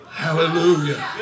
Hallelujah